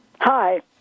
hi